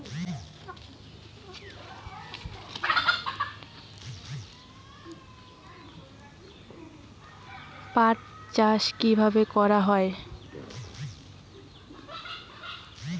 পাট চাষ কীভাবে করা হয়?